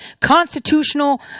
constitutional